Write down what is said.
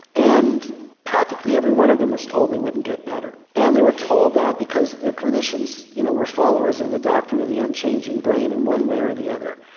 and practically every one of them was told they wouldn't get better. and they were told that because the clinicians you know were followers of the doctrine of the unchanging brain in one way or the other.